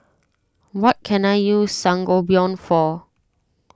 what can I use Sangobion for